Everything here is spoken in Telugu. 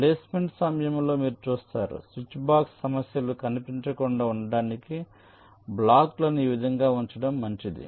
ప్లేస్మెంట్ సమయంలో మీరు చూస్తారు స్విచ్బాక్స్ సమస్యలు కనిపించకుండా ఉండటానికి బ్లాక్లను ఈ విధంగా ఉంచడం మంచిది